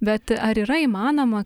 bet ar yra įmanoma